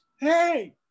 hey